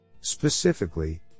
Specifically